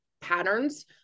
patterns